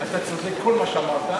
אתה צודק בכל מה שאמרת,